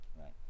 Right